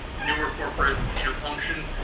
newer corporate you know function,